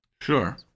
Sure